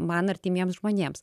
man artimiems žmonėms